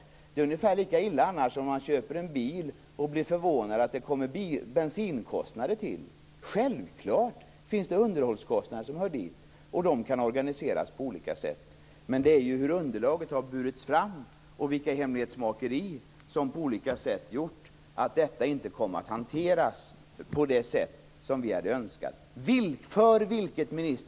Att vara utan avtal hade varit lika illa som om man köpt en bil och blivit förvånad över att det kommer bensinkostnader till. Självfallet finns det underhållskostnader som hör dit. De kan organiseras på olika sätt. Det är underlaget och hemlighetsmakeriet, för vilket ministern är ansvarig, som på olika sätt gjort att ärendet inte kommit att hanteras på det sätt som vi hade önskat.